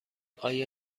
آیا